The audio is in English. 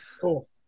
Cool